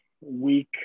week